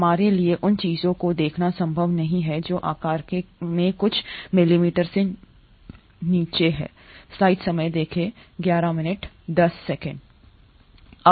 हमारे लिए उन चीजों को देखना संभव नहीं है जो आकार में कुछ मिलीमीटर से नीचे हैं